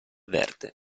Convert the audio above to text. verde